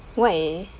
why